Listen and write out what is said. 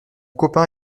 copain